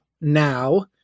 now